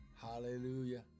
Hallelujah